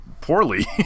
poorly